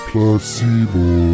Placebo